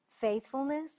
faithfulness